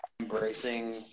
embracing